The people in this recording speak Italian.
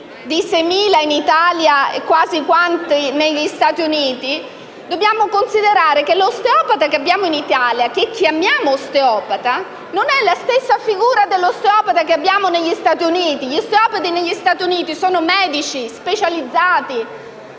di 6.000 in Italia, quasi quanti negli Stati Uniti - dobbiamo considerare che quello che abbiamo in Italia e che chiamiamo osteopata non è la stessa figura dell'osteopata che esercita negli Stati Uniti: lì gli osteopati sono medici specializzati,